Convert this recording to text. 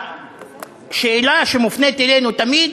והשאלה שמופנית אלינו תמיד: